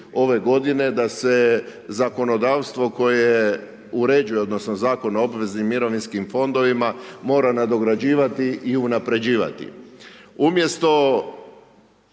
ove godine, da se zakonodavstvo koje uređuje odnosno Zakon o obveznim mirovinskim fondovima, mora nadograđivati i unapređivati.